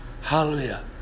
Hallelujah